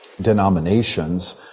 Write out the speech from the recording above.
denominations